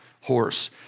horse